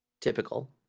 Typical